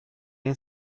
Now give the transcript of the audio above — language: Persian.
این